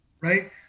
Right